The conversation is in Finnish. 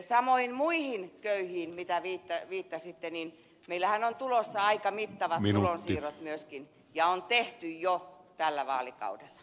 samoin kun viittasitte moniin muihin köyhiin niin meillähän on tulossa aika mittavat tulonsiirrot myöskin ja niitä on tehty jo tällä vaalikaudella